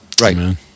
Right